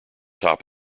top